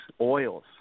oils